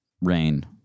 rain